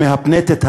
המהפנטת,